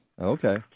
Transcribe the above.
Okay